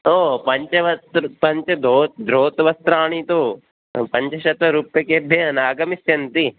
ओ पञ्चवस्त्र पञ्च दो धोतवस्त्राणि तु पञ्चशतरूप्यकेभ्यः नागमिस्यन्ति